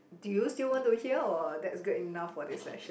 do you still want to hear or that's good enough for this section